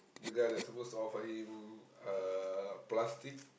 the guy that supposed to offer him uh plastic